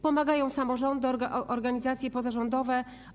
Pomagają samorządy, organizacje pozarządowe.